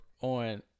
on